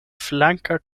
flanka